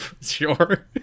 Sure